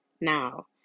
now